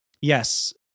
yes